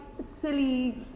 silly